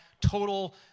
total